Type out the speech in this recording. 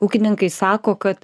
ūkininkai sako kad